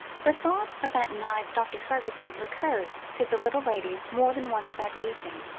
the thought of that nice dr. fergusson recurred to the little lady more than once that evening,